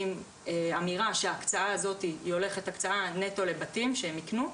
עם אמירה שההקצאה הזאת היא נטו לבתים שהם יקנו.